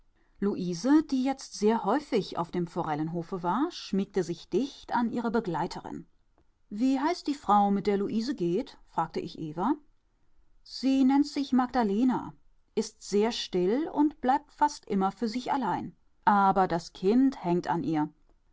häufig auf dem forellenhofe war schmiegte sich dicht an ihre begleiterin wie heißt die frau mit der luise geht fragte ich eva sie nennt sich magdalena ist sehr still und bleibt fast immer für sich allein aber das kind hängt an ihr